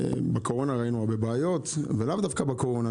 בקורונה ראינו הרבה בעיות ולאו דווקא בקורונה.